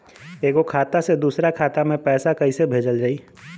एगो खाता से दूसरा खाता मे पैसा कइसे भेजल जाई?